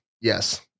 Yes